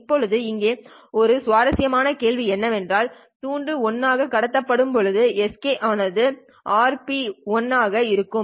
இப்போது இங்கே ஒரு சுவாரஸ்யமான கேள்வி என்னவென்றால் துண்டு 1 ஆக கடத்தப்பட்ட போது sk ஆனது RP1r ஆக இருக்கும்